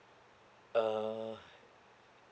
uh